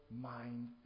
mind